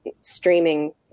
streaming